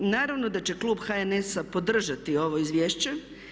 Naravno da će Klub HNS-a podržati ovo izvješće.